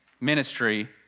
Ministry